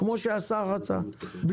כמו שהשר רצה.